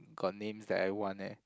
got names that I want eh